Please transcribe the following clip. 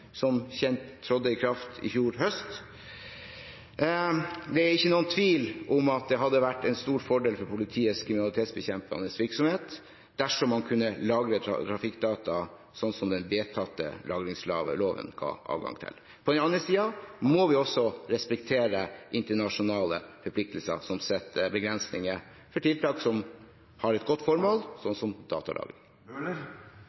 som som kjent trådte i kraft i fjor høst. Det er ikke noen tvil om at det hadde vært en stor fordel for politiets kriminalitetsbekjempende virksomhet dersom man kunne lagre trafikkdata slik den vedtatte datalagringsloven ga adgang til. På den annen side må vi også respektere internasjonale forpliktelser som setter begrensninger for tiltak som har et godt formål,